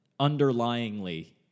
underlyingly